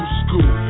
school